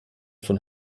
von